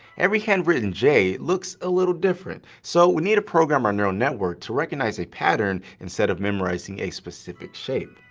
every handwritten j looks a little different, so we need to program our neural network to recognize a pattern instead of memorizing a specific shape.